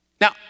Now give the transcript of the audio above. Now